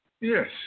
Yes